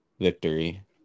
victory